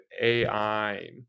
AI